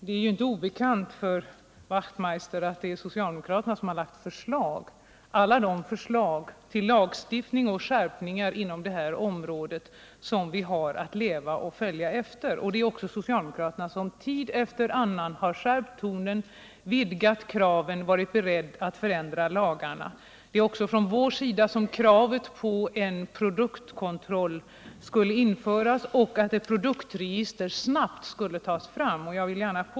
Det är ju inte obekant för Hans Wachtmeister att det är socialdemokraterna som framlagt alla de förslag till lagstiftning på detta område som vi har att följa. Det är också socialdemokraterna som tid efter annan skärpt tonen, vidgat kraven och varit beredda att förändra lagarna. Det är vi som ställt kravet att en produktkontroll skulle införas och att ett produktregister snabbt skulle tas fram.